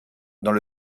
dans